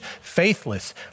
faithless